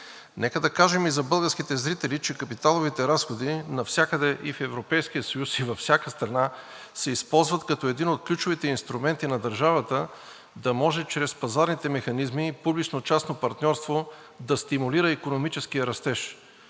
Нека кажем и за българските зрители, че капиталовите разходи навсякъде – и в Европейския съюз, и във всяка страна, се използват като един от ключовите инструменти на държавата да може чрез пазарните механизми и публично-частно партньорство да стимулира икономическия растеж.